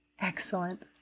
Excellent